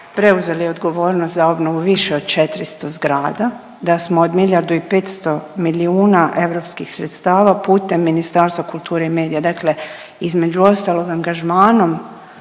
preuzeli odgovornost za više od 400 zgrada, da smo od miljardu i 500 milijuna europskih sredstava putem Ministarstva kulture i medija dakle između ostalog angažmanom